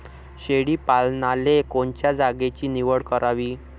शेळी पालनाले कोनच्या जागेची निवड करावी?